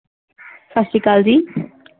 ਸਤਿ ਸ਼੍ਰੀ ਆਕਾਲ ਜੀ